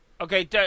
okay